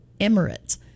Emirates